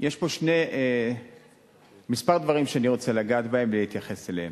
יש פה כמה דברים שאני רוצה לגעת בהם ולהתייחס אליהם.